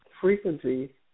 frequency